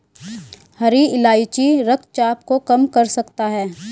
हरी इलायची रक्तचाप को कम कर सकता है